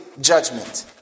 judgment